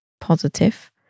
positive